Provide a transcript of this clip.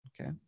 okay